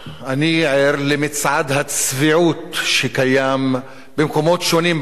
אני ער למצעד הצביעות שקיים במקומות שונים בעולם,